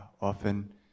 often